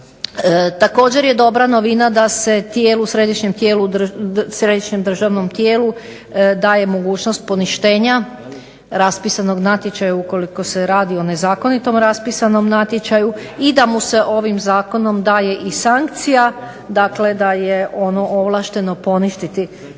Također je dobra novina da se središnjem državnom tijelu daje mogućnost poništenja raspisanog natječaja ukoliko se radi o nezakonito raspisanom natječaju i da mu se ovim Zakonom daje sankcija da je ono ovlašteno poništiti takav natječaj.